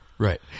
Right